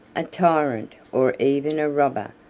a tyrant, or even a robber,